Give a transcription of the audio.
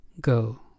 go